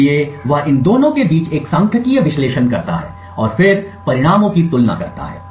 इसलिए वह इन दोनों के बीच एक सांख्यिकीय विश्लेषण करता है और फिर परिणामों की तुलना करता है